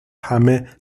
همه